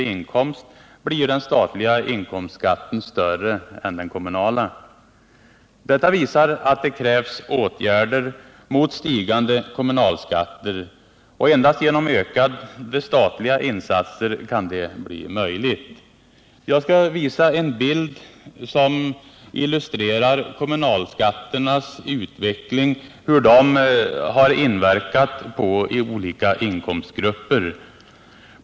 i inkomst blir den statliga inkomstskatten större än den kommunala. Detta visar att det krävs åtgärder mot stigande kommunalskatter. Endast genom ökade statliga insatser kan detta bli möjligt. Jag skall på kammarens bildskärm visa en bild som illustrerar hur kommunalskatternas utveckling inverkat på olika inkomstgrupper.